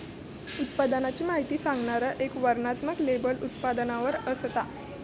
उत्पादनाची माहिती सांगणारा एक वर्णनात्मक लेबल उत्पादनावर असता